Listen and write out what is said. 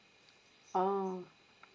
uh